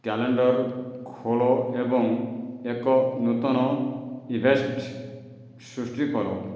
calendar ଖୋଲ ଏବଂ ଏକ ନୂତନ ଇଭଷ୍ଟ ସୃଷ୍ଟି କର